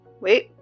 wait